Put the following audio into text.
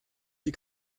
die